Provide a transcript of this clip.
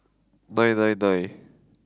nine nine nine